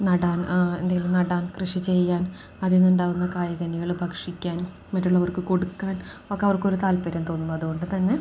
നടാൻ എന്തെങ്കിലും നടാൻ കൃഷി ചെയ്യാൻ അതിൽ നിന്നുണ്ടാകുന്ന കായ് കനികൾ ഭക്ഷിക്കാൻ മറ്റുള്ളവർക്ക് കൊടുക്കാൻ ഒക്കെ അവർക്കൊരു താല്പര്യം തോന്നുന്നു അതു കൊണ്ടു തന്നെ